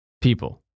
people